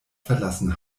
verlassen